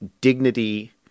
dignity